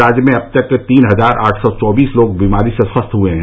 राज्य में अब तक तीन हजार आठ सौ चौबीस लोग बीमारी से स्वस्थ हुए हैं